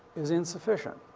is insufficient.